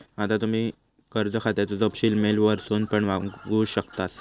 आता तुम्ही कर्ज खात्याचो तपशील मेल वरसून पण मागवू शकतास